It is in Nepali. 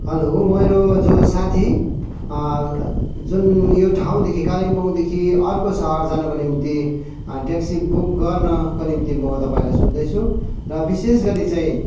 हेलो मरो जो साथी जुन यो ठाउँदेखि कालिम्पोङदेखि अर्को सहर जानको निम्ति ट्याक्सी बुक गर्नको निम्ति म तपाईँलाई सोद्धै छु र विशेष गरी चाहिँ